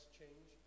change